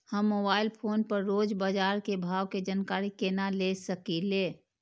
हम mobile phone पर रोज बाजार के भाव के जानकारी केना ले सकलिये?